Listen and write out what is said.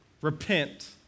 repent